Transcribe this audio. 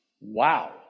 Wow